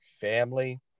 family